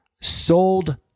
sold